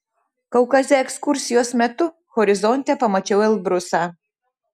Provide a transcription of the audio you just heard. kaukaze ekskursijos metu horizonte pamačiau elbrusą